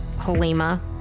Halima